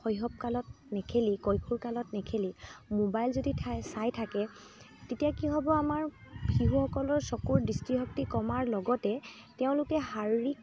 শৈশৱকালত নেখেলি কৈশোৰ কালত নেখেলি মোবাইল যদি থাই চাই থাকে তেতিয়া কি হ'ব আমাৰ শিশুসকলৰ চকুৰ দৃষ্টিশক্তি কমাৰ লগতে তেওঁলোকে শাৰীৰিক